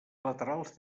laterals